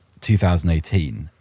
2018